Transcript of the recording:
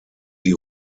die